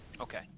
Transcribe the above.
Okay